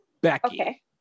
Becky